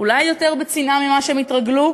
אולי יותר בצניעות ממה שהם התרגלו,